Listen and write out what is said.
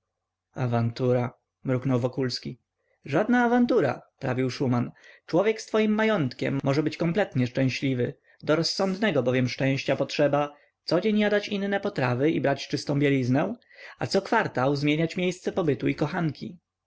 awantura mruknął wokulski żadna awantura prawił szuman człowiek z twoim majątkiem może być kompletnie szczęśliwy do rozsądnego bowiem szczęścia potrzeba codzień jadać inne potrawy i brać czystą bieliznę a co kwartał zmieniać miejsce pobytu i kochanki